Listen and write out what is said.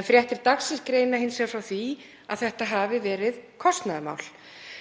en fréttir dagsins greina hins vegar frá því að þetta hafi verið kostnaðarmál.